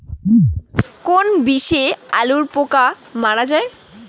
কোন বিষে আলুর পোকা মারা যায়?